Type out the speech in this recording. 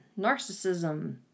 narcissism